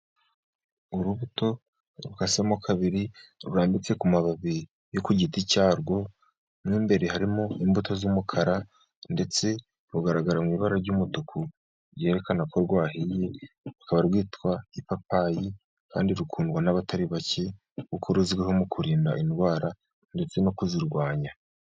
Urubuto rukasemo kabiri rurambitse ku mababi yo ku giti cyarwo, n'imbere harimo imbuto z'umukara, ndetse rugaragara mu ibara ry'umutuku ryerekana ko rwahiye, rukaba rwitwa ipapayi, kandi rukundwa n'abatari bake, kuko ruzwiho mu kurinda indwara ndetse no kuzirwanya.